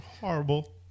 Horrible